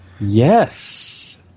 Yes